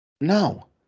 No